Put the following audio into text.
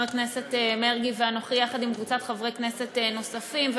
הכנסת מרגי ואנוכי יחד עם קבוצת חברי כנסת נוספים,